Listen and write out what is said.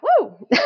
Woo